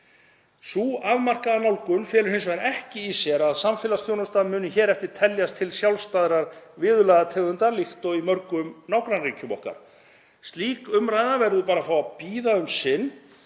Sú afmarkaða nálgun felur hins vegar ekki í sér að samfélagsþjónusta muni hér eftir teljast til sjálfstæðrar viðurlagategundar líkt og í mörgum nágrannaríkjum okkar. Slík umræða verður að bíða um sinn,